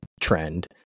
trend